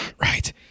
Right